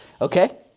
Okay